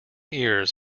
ears